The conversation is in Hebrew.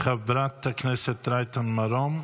חברת הכנסת רייטן מרום,